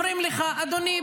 אומרים לך: אדוני,